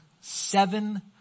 seven